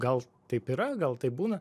gal taip yra gal taip būna